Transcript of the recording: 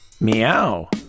Meow